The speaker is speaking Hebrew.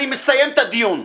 אני מסיים את הדיון.